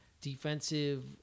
defensive